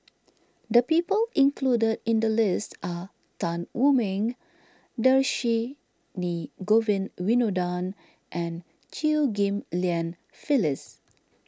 the people included in the list are Tan Wu Meng Dhershini Govin Winodan and Chew Ghim Lian Phyllis